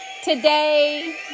Today